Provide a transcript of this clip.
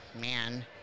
man